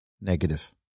negative